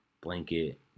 blanket